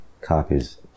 copies